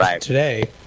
today